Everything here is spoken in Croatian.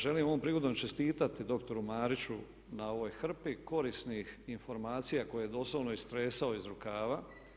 Želim ovom prigodom čestitati doktoru Mariću na ovoj hrpi korisnih informacija koje je doslovno istresao iz rukava.